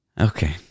Okay